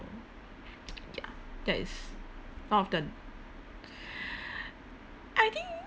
ya that is one of the I think